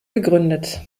gegründet